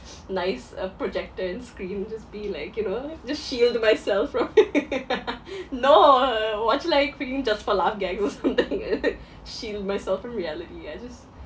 nice uh projector and screen just be like you know just shield myself from no watch like freaking just for laugh gags or something shield myself from reality I just